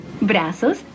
brazos